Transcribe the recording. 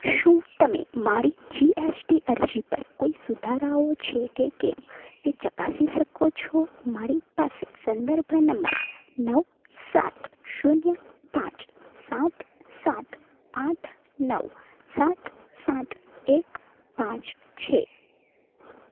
શું તમે મારી જીએસટી અરજી પર કોઈ સુધારાઓ છે કે કેમ તે ચકાસી શકો છો મારી પાસે સંદર્ભ નંબર નવ સાત શૂન્ય પાંચ સાત સાત આઠ નવ સાત સાત એક પાંચ છે